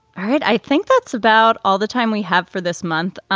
i think that's about all the time we have for this month.